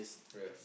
yes